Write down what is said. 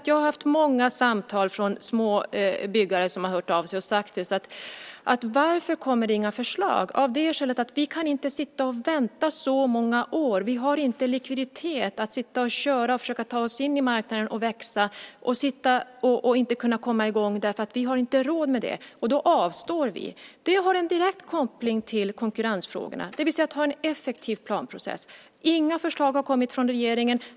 Jag har haft många samtal från små byggare som har hört av sig och frågat varför det inte kommer några förslag. De framhåller att de inte har likviditet nog att vänta på detta. De har inte råd med det. Det hindrar dem från att komma in på marknaden, och de tvingas därför avstå. Det har en direkt koppling till konkurrensfrågorna, det vill säga att man har en effektiv planprocess. Inga förslag har kommit från regeringen.